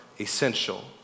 essential